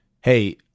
hey